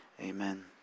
Amen